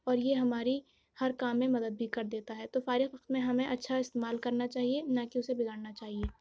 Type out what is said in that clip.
اور یہ ہماری ہر کام میں مدد بھی کر دیتا ہے تو فارغ وقت میں ہمیں اچھا استعمال کرنا چاہیے نہ کہ اسے بگاڑنا چاہیے